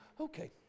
Okay